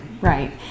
Right